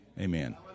Amen